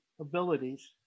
abilities